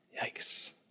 Yikes